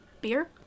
beer